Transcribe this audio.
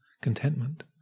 contentment